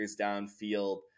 downfield